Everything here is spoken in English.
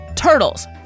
Turtles